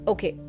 Okay